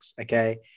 Okay